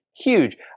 huge